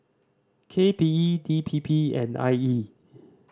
K P E D P P and I E